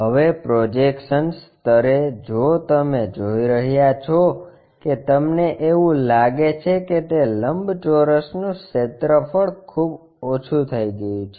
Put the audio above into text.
હવે પ્રોજેક્શન્સ સ્તરે જો તમે જોઈ રહ્યાં છો કે તમને એવું લાગે છે કે તે લંબચોરસનું ક્ષેત્રફળ ખૂબ ઓછું થઈ ગયું છે